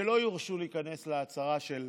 שלא יורשו להיכנס להצהרה של